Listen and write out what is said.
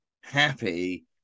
happy